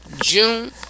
june